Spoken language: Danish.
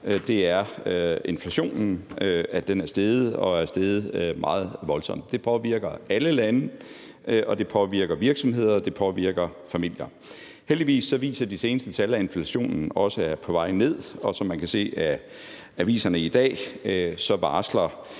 er, at inflationen er steget, og at den er steget meget voldsomt. Det påvirker alle lande, og det påvirker virksomheder, og det påvirker familier. Heldigvis viser de seneste tal, at inflationen også er på vej ned, og som man kan se af aviserne i dag, varsler